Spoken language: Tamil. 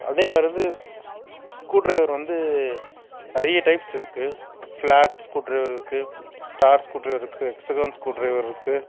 அதே மாதிரி வந்து ஸ்க்ரூ ட்ரைவர் வந்து நிறைய டைப்ஸ் இருக்குது ஃப்ளாட் ஸ்க்ரூ ட்ரைவர் இருக்குது ஸ்டார் ஸ்க்ரூ ட்ரைவர் இருக்குது ஹெக்சகன் ஸ்க்ரூ ட்ரைவர் இருக்குது